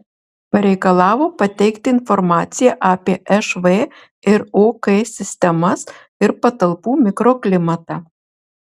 pareikalavo pateikti informaciją apie šv ir ok sistemas ir patalpų mikroklimatą